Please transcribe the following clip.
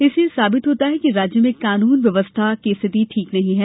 इससे यह साबित होता है कि राज्य में कानून व्यवस्था की स्थिति ठीक नहीं है